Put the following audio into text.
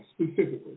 specifically